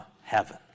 heaven